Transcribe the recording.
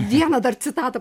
vieną dar citatą